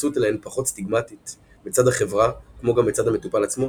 וההתייחסות אליהן פחות סטיגמטית מצד החברה כמו גם מצד המטופל עצמו